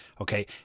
Okay